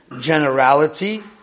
generality